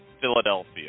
Philadelphia